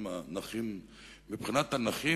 מבחינת הנכים,